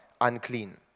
unclean